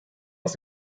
aus